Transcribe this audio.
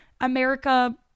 America